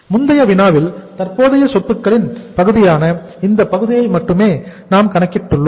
முந்தைய வினாவில் தற்போதைய சொத்துக்களின் பகுதியான இந்த பகுதியை மட்டுமே நாம் கணக்கிட்டுள்ளோம்